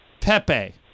Pepe